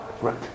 right